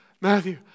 Matthew